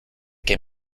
que